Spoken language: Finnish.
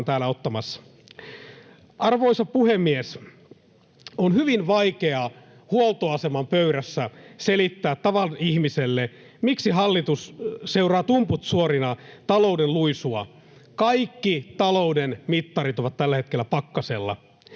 Arvoisa puhemies! On hyvin vaikeaa huoltoaseman pöydässä selittää tavan ihmiselle, miksi hallitus seuraa tumput suorina talouden luisua. Kaikki talouden mittarit ovat tällä hetkellä pakkasella.